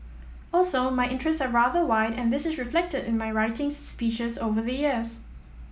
also my interests are rather wide and this is reflected in my writings speeches over the years